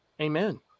Amen